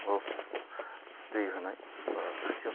बाव दै होनाय बा खोथिया